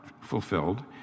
fulfilled